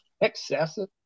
excessive